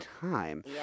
time